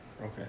Okay